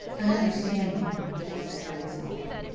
i understand now, she said very softly.